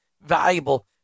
valuable